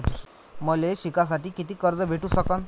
मले शिकासाठी कितीक कर्ज भेटू सकन?